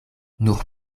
nur